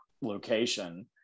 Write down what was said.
location